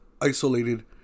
isolated